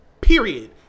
Period